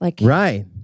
Right